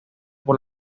por